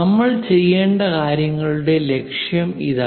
നമ്മൾ ചെയ്യേണ്ട കാര്യങ്ങളുടെ ലക്ഷ്യം ഇതാണ്